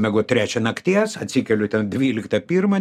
miegot trečią nakties atsikeliu ten dvyliktą pirmą